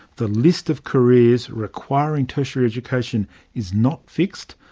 the list of careers requiring tertiary education is not fixed,